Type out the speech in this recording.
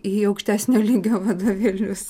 į aukštesnio lygio vadovėlius